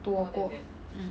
多过 mm